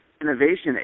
innovation